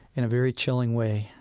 in a very chilling way,